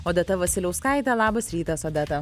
odeta vasiliauskaitė labas rytas odeta